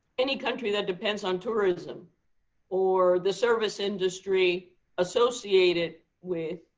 any country that depends on tourism or the service industry associated with